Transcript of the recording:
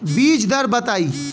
बीज दर बताई?